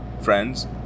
friends